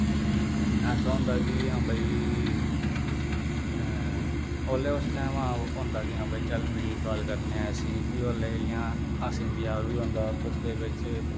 ऐसा होंदा कि हां भाई उसलै उस टैम होंदा कि हां भाई चल वीडियो कॉल करने आं इसी फ्ही उल्लै इ'यां हस्सी मज़ाक बी होंदा आपस दे बिच्च